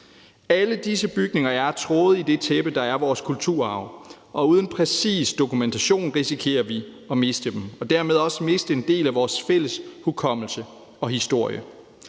Alle disse bygninger er tråde i det tæppe, der er vores kulturarv, og uden præcis dokumentation risikerer vi at miste dem og dermed også miste en del af vores fælles hukommelse og historie.